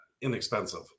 inexpensive